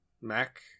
MAC